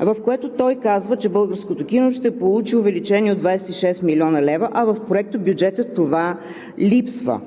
в което той казва, че българското кино ще получи увеличение от 26 млн. лв., а в Проектобюджета това липсва.